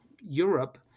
Europe